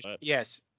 yes